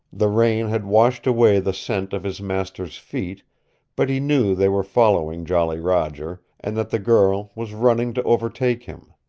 the rain had washed away the scent of his master's feet but he knew they were following jolly roger, and that the girl was running to overtake him.